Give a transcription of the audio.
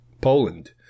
Poland